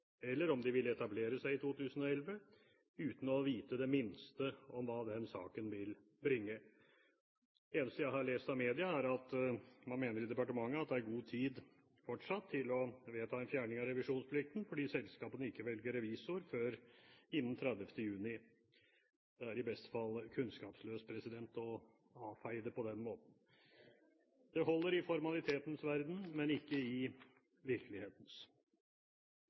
eller om hvorvidt de vil etablere seg i 2011, uten å vite det minste om hva den saken vil bringe. Det eneste jeg har lest i media, er at man mener i departementet at det er god tid fortsatt til å vedta en fjerning av revisjonsplikten, fordi selskapene ikke velger revisor før innen 30. juni. Det er i beste fall kunnskapsløst å avfeie det på den måten. Det holder i formalitetens verden, men ikke i virkelighetens.